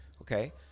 Okay